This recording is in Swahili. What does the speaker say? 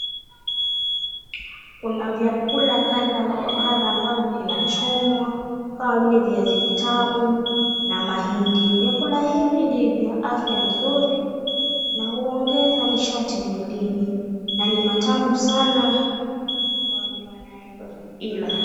Kuna vyakula kadha wa kadha ambavyo vinachomwa kama vile viazi vitamu na mahindi. Vyakula hivi ni vya afya nzuri na huongeza nishati mwilini na ni matamu sana kwa wenye wanaoila.